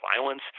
violence